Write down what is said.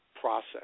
process